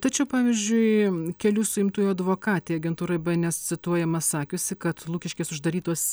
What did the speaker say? tačiau pavyzdžiui kelių suimtųjų advokatė agentūrai bns cituojama sakiusi kad lukiškės uždarytos